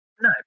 No